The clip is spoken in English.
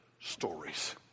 stories